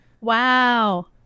Wow